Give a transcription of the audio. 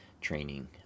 training